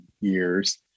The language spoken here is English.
years